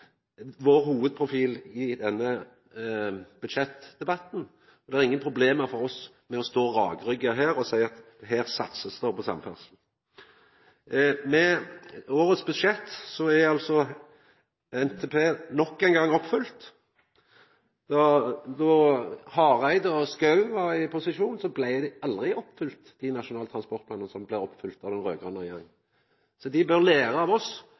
vår hovudprofil i denne budsjettdebatten. Det er ingen problem for oss å stå rakrygga og seia at her blir det satsa på samferdsel. Med årets budsjett er NTP nok ein gong oppfylt. Då Hareide og Schou var i posisjon, blei aldri Nasjonal transportplan oppfylt, men blir oppfylt av den raud-grøne regjeringa. Dei bør læra av oss